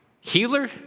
healer